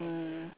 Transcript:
mm